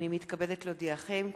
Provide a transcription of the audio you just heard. הנני מתכבדת להודיעכם,